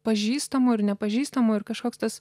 pažįstamų ir nepažįstamų ir kažkoks tas